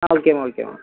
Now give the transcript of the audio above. ஆ ஓகேம்மா ஓகேம்மா